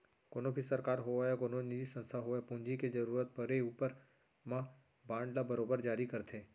कोनों भी सरकार होवय या कोनो निजी संस्था होवय पूंजी के जरूरत परे ऊपर म बांड ल बरोबर जारी करथे